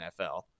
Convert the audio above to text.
NFL